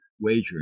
wagering